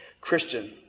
Christian